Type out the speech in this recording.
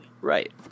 right